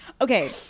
Okay